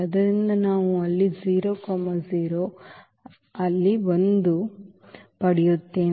ಆದ್ದರಿಂದ ನಾವು ಅಲ್ಲಿ 0 0 ಅಲ್ಲಿ 1 ಅಲ್ಲಿ ಪಡೆಯುತ್ತೇವೆ